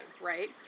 right